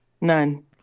None